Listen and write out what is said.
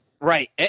Right